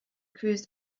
cruised